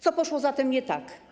Co poszło zatem nie tak?